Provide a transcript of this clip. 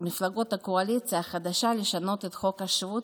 מפלגות הקואליציה החדשה לשנות את חוק השבות